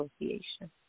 Association